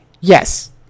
Yes